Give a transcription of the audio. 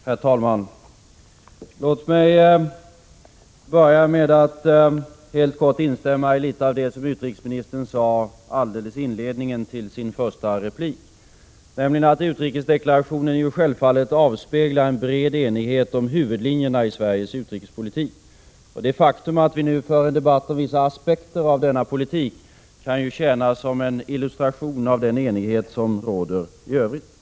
Herr talman! Låt mig börja med att helt kort instämma i litet av det som utrikesministern sade i inledningen till sin första replik, nämligen detta att utrikesdeklarationen självfallet avspeglar en bred enighet om huvudlinjerna i Sveriges utrikespolitik. Det faktum att vi nu för en debatt om vissa aspekter av denna politik kan ju tjäna som en illustration av den enighet som i övrigt råder.